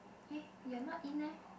eh you're not in leh